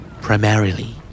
Primarily